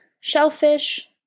shellfish